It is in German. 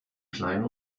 klein